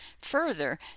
Further